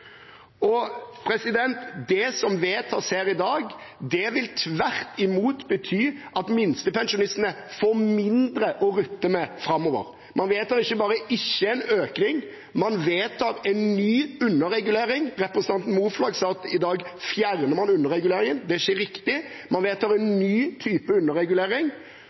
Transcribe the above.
Det som vedtas her i dag, vil tvert imot bety at minstepensjonistene får mindre å rutte med framover. Man vedtar ikke bare ikke en økning; man vedtar en ny underregulering. Representanten Moflag sa at man i dag fjerner underreguleringen. Det er ikke riktig. Man vedtar en ny type underregulering